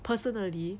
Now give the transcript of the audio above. personally